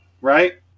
right